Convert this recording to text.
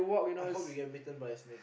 I hope you get bitten by a snake